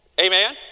Amen